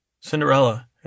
Cinderella